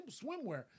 swimwear